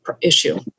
issue